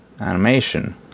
animation